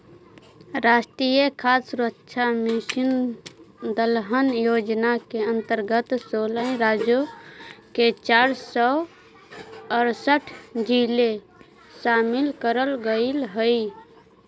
राष्ट्रीय खाद्य सुरक्षा मिशन दलहन योजना के अंतर्गत सोलह राज्यों के चार सौ अरसठ जिले शामिल करल गईल हई